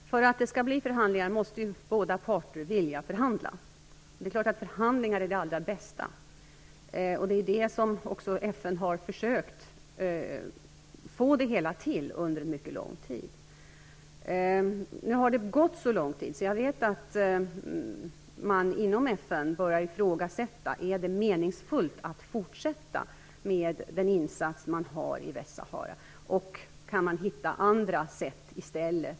Herr talman! För att det skall bli förhandlingar måste båda parter vilja förhandla. Det är klart att förhandlingar är det allra bästa, och det är också det som FN har försökt få det hela till under mycket lång tid. Nu har det gått så lång tid att jag vet att man inom FN börjar ifrågasätta om det är meningsfullt att fortsätta med den insats man har i Västsahara och om man kan hitta andra sätt i stället.